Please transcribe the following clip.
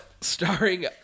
starring